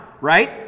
right